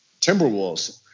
Timberwolves